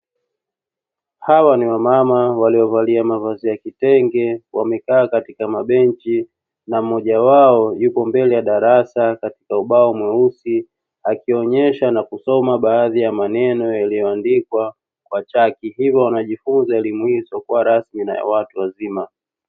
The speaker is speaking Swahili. Hawa ni wamama waliovalia mavazi ya kitenge wamekaa katika mabenchi na mmoja wao yuko mbele ya darasa katika ubao mweusi akionyesha na kusoma baadhi ya maneno yaliyoandikwa kwa chaki hivyo wanajifunza elimu hizo kuwa rasmi na watu wazima.